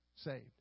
saved